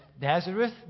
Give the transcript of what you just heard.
Nazareth